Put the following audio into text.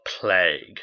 plague